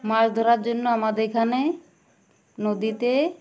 মাছ ধরার জন্য আমাদের এখানে নদীতে